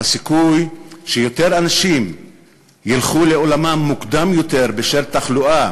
הסיכוי שיותר אנשים ילכו לעולמם מוקדם יותר בשל תחלואה